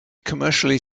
commercially